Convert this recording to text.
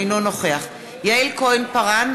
אינו נוכח יעל כהן-פארן,